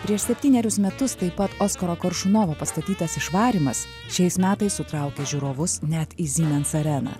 prieš septynerius metus taip pat oskaro koršunovo pastatytas išvarymas šiais metais sutraukė žiūrovus net į siemens areną